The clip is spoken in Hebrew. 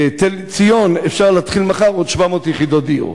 בתל-ציון אפשר להתחיל מחר עוד 700 יחידות דיור.